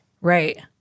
Right